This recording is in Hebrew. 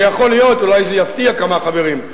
זה יכול להיות, אולי זה יפתיע כמה חברים,